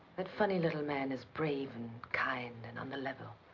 that funny little man is brave and kind and on the level.